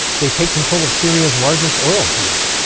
they take control of syria's largest oil field.